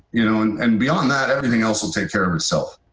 you know and and beyond that everything else will take care of itself.